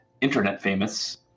internet-famous